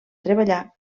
treballar